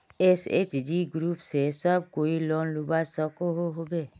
SHG group से सब कोई लोन लुबा सकोहो होबे?